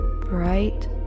bright